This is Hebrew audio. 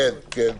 כן, כן.